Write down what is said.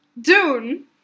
Dune